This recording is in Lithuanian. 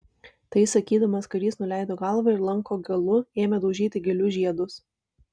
tai sakydamas karys nuleido galvą ir lanko galu ėmė daužyti gėlių žiedus